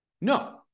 no